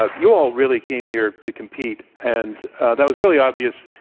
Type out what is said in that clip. ah you all really came here to compete. and that was really obvious.